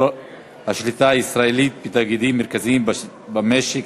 השליטה הישראלית בתאגידים מרכזיים במשק,